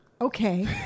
Okay